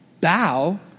bow